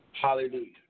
Hallelujah